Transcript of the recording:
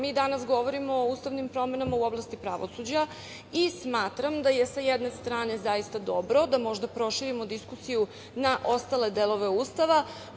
Mi danas govorimo o ustavnim promenama u oblasti pravosuđa i smatram da je, sa jedne strane, zaista dobro da možda proširimo diskusiju na ostale delove Ustava.